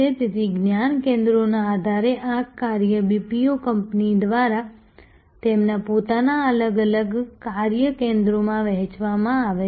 તેથી જ્ઞાન કેન્દ્રોના આધારે આ કાર્ય BPO કંપનીઓ દ્વારા તેમના પોતાના અલગ અલગ કાર્ય કેન્દ્રોમાં વહેંચવામાં આવે છે